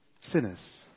sinners